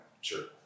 Sure